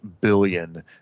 billion